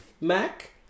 Mac